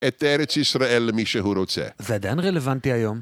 את ארץ ישראל למי שהוא רוצה. זה עדיין רלוונטי היום.